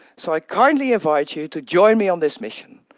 so i kindly advise you to join me on this mission.